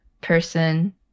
person